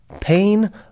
pain